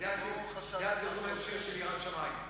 זה התרגום של יראת שמים.